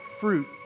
fruit